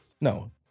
No